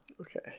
Okay